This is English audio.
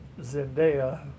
Zendaya